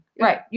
right